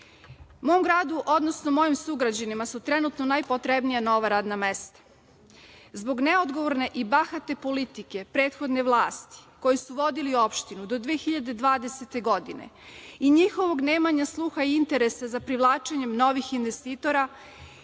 mom gradu, odnosno mojim sugrađanima su trenutno najpotrebnija nova radna mesta. Zbog neodgovorne i bahate politike prethodne vlasti, koji su vodili opštinu do 2020. godine i njihovog nemanja sluha i interesa za privlačenje novih investitora,